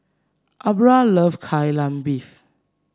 Aubra loves Kai Lan Beef